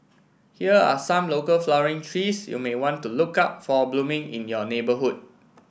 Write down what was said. here are some local flowering trees you may want to look out for blooming in your neighbourhood